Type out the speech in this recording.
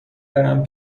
برم